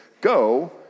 go